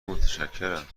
متشکرم